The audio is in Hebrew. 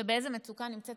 ובאיזו מצוקה נמצאת